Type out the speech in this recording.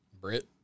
Brit